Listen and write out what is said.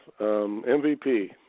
MVP